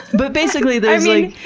but basically there's, like